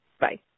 Bye